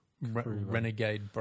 renegade